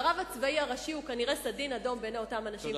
והרב הצבאי הראשי הוא כנראה סדין אדום בעיני אותם אנשים.